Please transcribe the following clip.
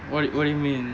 what do you what do you mean